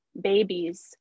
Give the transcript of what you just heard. babies